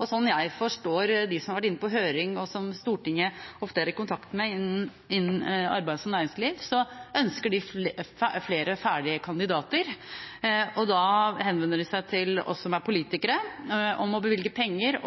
jeg forstår dem som har vært inne på høring, og som Stortinget ofte er i kontakt med innen arbeids- og næringsliv, så ønsker de flere ferdige kandidater. Da henvender de seg til oss som er politikere om å bevilge penger